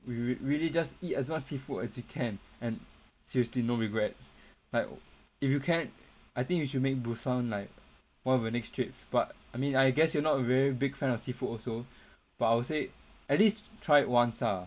we we really just eat as much seafood as we can and seriously no regrets like if you can I think you should make busan like one of your next trips but I mean I guess you are not a very big fan of seafood also but I would say at least try it once ah